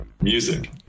Music